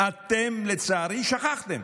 אתם לצערי שכחתם